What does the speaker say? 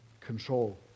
control